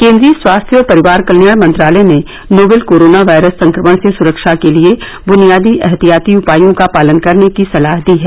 केन्द्रीय स्वास्थ्य और परिवार कल्याण मंत्रालय ने नोवल कोरोना वायरस संक्रमण से सुरक्षा के लिए बुनियादी एहतियाती उपायों का पालन करने की सलाह दी है